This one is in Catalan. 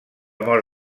mort